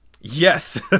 Yes